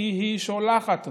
כי היא שולחת אותו.